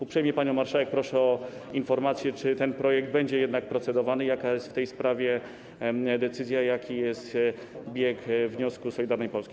Uprzejmie panią marszałek proszę o informację, czy ten projekt będzie jednak procedowany, jaka jest w tej sprawie decyzja i jaki jest bieg wniosku Solidarnej Polski.